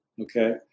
Okay